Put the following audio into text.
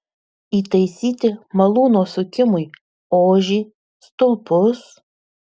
įtaisyti malūno sukimui ožį stulpus